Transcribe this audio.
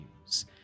news